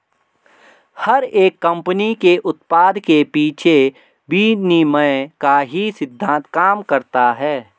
हर एक कम्पनी के उत्पाद के पीछे विनिमय का ही सिद्धान्त काम करता है